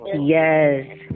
Yes